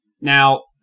Now